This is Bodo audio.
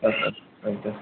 औ दे औ दे